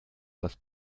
das